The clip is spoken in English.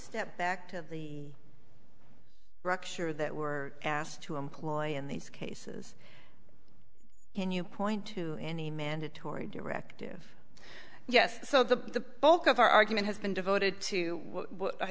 get back to the rupture that were asked to employ in these cases when you point to any mandatory directive yes so the bulk of our argument has been devoted to i